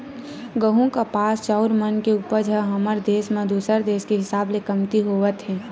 गहूँ, कपास, चाँउर मन के उपज ह हमर देस म दूसर देस के हिसाब ले कमती होवत हे